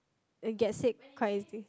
can get sick quite easy